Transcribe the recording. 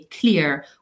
clear